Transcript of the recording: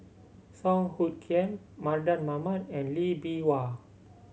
Song Hoot Kiam Mardan Mamat and Lee Bee Wah